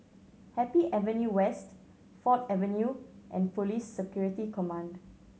Happy Avenue West Ford Avenue and Police Security Command